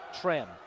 trim